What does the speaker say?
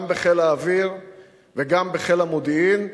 גם בחיל האוויר וגם בחיל המודיעין,